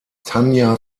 tanja